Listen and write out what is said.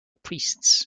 priests